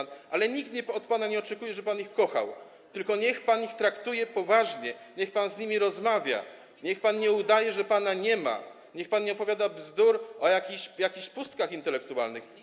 Nikt od pana nie oczekuje, żeby pan ich kochał, tylko niech pan ich traktuje poważnie, niech pan z nimi rozmawia, niech pan nie udaje, że pana nie ma, niech pan nie opowiada bzdur o jakichś pustkach intelektualnych.